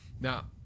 Now